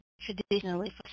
traditionally